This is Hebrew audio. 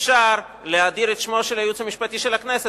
אפשר להאדיר את שמו של הייעוץ המשפטי של הכנסת,